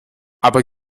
aber